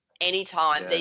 anytime